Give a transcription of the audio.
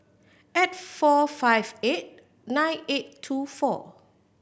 eight four five eight nine eight two four